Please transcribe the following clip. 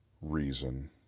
reason